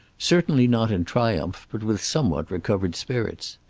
certainly not in triumph, but with somewhat recovered spirits.